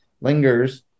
lingers